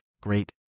great